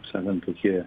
sakant tokie